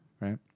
right